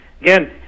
again